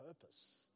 purpose